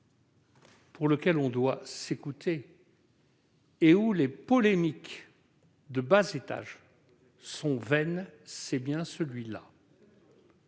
pour lequel on doit s'écouter et à propos duquel les polémiques de bas étage sont vaines, c'est bien celui-là.